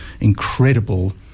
incredible